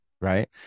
right